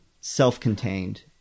self-contained